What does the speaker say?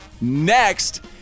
Next